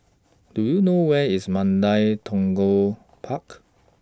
Do YOU know Where IS Mandai Tekong Park